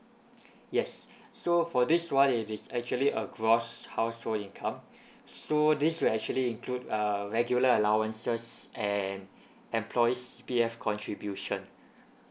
yes so for this one it is actually a gross household income so this will actually include uh regular allowances and employees C_P_F contribution